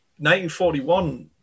1941